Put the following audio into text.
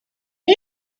you